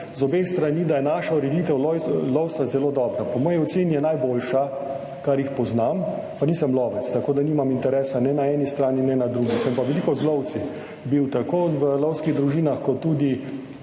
iz obeh strani, da je naša ureditev lovstva zelo dobra. Po moji oceni je najboljša, kar jih poznam, pa nisem lovec, tako da nimam interesa ne na eni strani ne na drugi, sem pa veliko z lovci bil tako v lovskih družinah kot tudi